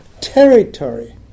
territory